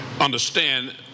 understand